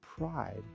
Pride